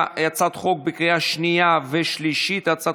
(תיקון מס'